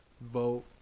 vote